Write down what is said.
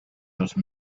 those